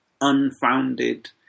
unfounded